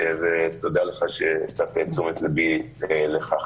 ותודה לך שהסבת את תשומת ליבי לכך.